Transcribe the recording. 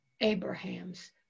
Abraham's